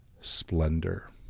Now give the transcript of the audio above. splendor